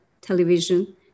television